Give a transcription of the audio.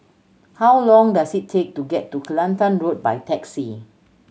how long does it take to get to Kelantan Road by taxi